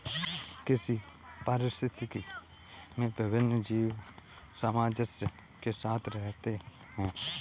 कृषि पारिस्थितिकी में विभिन्न जीव सामंजस्य के साथ रहते हैं